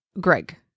Greg